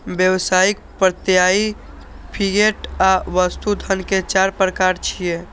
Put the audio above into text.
व्यावसायिक, प्रत्ययी, फिएट आ वस्तु धन के चार प्रकार छियै